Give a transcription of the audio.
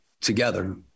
together